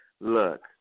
look